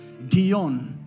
Gion